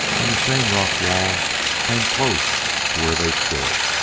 and the same rock wall came close to where they stood.